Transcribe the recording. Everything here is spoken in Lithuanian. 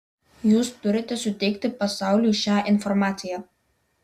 jūs turite suteikti pasauliui šią informaciją